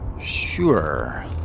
Sure